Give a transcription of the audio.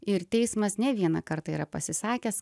ir teismas ne vieną kartą yra pasisakęs